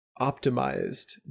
optimized